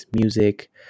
music